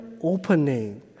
opening